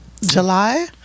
July